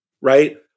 right